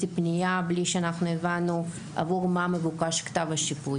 פנייה ובלי שאנחנו הבנו עבור מה מבוקש כתב השיפוי.